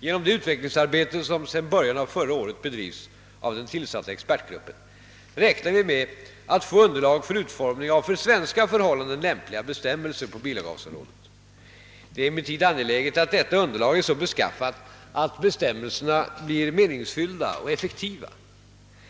Genom det utvecklingsarbete som sedan början av förra året bedrivs av den tillsatta expertgruppen räknar vi med att få underlag för utformning av för svenska förhållanden lämpliga bestämmelser på bilavgasområdet. Det är emellertid angeläget att detta underlag är så beskaffat att bestämmelserna blir meningsfyllda och effektiva.